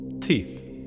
Teeth